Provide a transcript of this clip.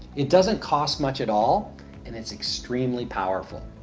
it doesn't cost much at all and it is extremely powerful.